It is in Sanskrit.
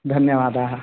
धन्यवादाः